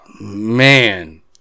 Man